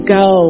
go